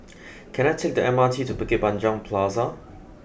can I take the M R T to Bukit Panjang Plaza